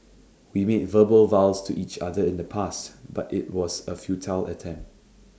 we made verbal vows to each other in the past but IT was A futile attempt